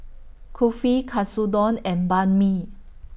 Kulfi Katsudon and Banh MI